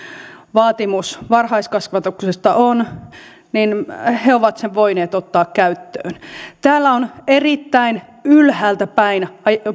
vaatimus varhaiskasvatuksesta on ovat sen voineet ottaa käyttöön täällä on erittäin ylhäältäpäin